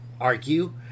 argue